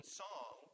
song